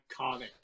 iconic